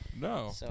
No